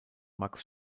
max